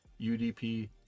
UDP